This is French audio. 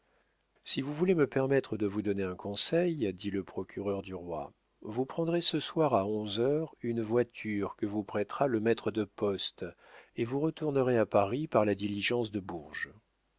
si vous voulez me permettre de vous donner un conseil dit le procureur du roi vous prendrez ce soir à onze heures une voiture que vous prêtera le maître de poste et vous retournerez à paris par la diligence de bourges